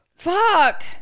fuck